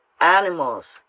animals